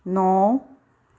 ਨੌਂ